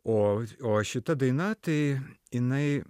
o o šita daina tai jinai